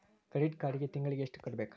credit ಕಾರ್ಡಿಗಿ ತಿಂಗಳಿಗಿ ಎಷ್ಟ ಕಟ್ಟಬೇಕ